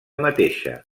mateixa